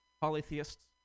polytheists